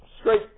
straight